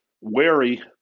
wary